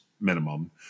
minimum